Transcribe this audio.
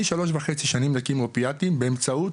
אני שלוש וחצי שנים, נקי מאופיאטים, באמצעות,